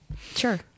Sure